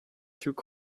through